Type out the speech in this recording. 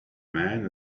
man